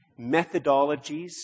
methodologies